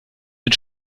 mit